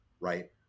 right